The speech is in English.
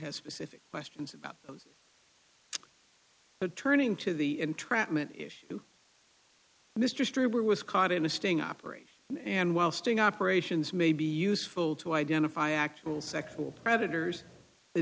has specific questions about that turning to the entrapment issue mr stripper was caught in a sting operation and while sting operations may be useful to identify actual sexual predators the